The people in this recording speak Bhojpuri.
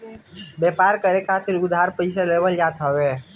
व्यापार करे खातिर उधार पईसा लेहल जात हवे